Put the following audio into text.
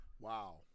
Wow